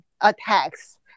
attacks